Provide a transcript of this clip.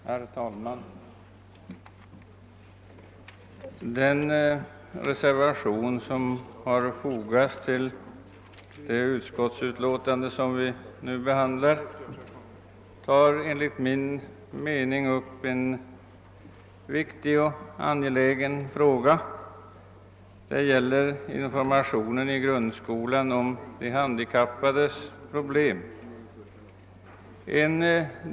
Herr talman! Den reservation som fogats till det utskottsutlåtande som vi nu behandlar tar enligt min mening upp en viktig fråga, nämligen informationen i grundskolan om de handikappades problem.